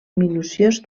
minuciós